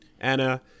Anna